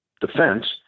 defense